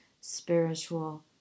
spiritual